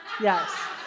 Yes